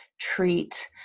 treat